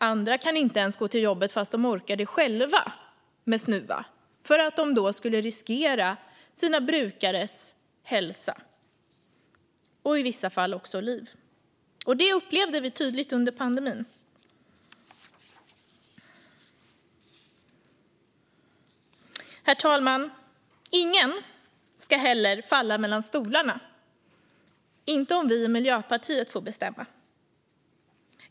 Andra kan inte ens gå till jobbet fast de orkar det själva med snuva för att de då skulle riskera sina brukares hälsa och i vissa fall också liv. Det upplevde vi tydligt under pandemin. Herr talman! Ingen ska heller falla mellan stolarna, inte om vi i Miljöpartiet får bestämma.